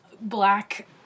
black